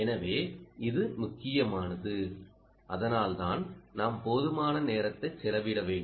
எனவே இது முக்கியமானது அதனால்தான் நாம் போதுமான நேரத்தை செலவிட வேண்டும்